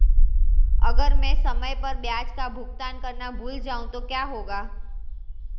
अगर मैं समय पर ब्याज का भुगतान करना भूल जाऊं तो क्या होगा?